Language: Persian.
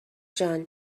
جان